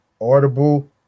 audible